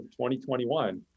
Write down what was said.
2021